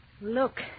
Look